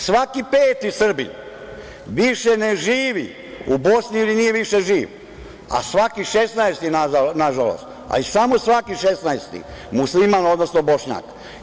Svaki peti Srbin više ne živi u Bosni ili nije više živ, a svaki 16. nažalost, a i samo svaki 16. musliman, odnosno Bošnjak.